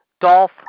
Dolph